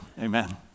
Amen